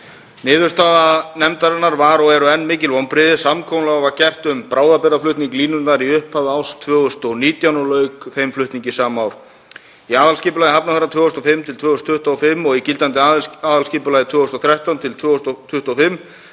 Niðurstaða nefndarinnar var og er enn mikil vonbrigði. Samkomulag var gert um bráðabirgðaflutning línunnar í upphafi árs 2019 og lauk þeim flutningi sama ár. Í aðalskipulagi Hafnarfjarðar árin 2005–2025 og í gildandi aðalskipulagi 2013–2025